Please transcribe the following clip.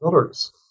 others